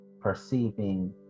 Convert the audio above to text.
perceiving